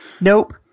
Nope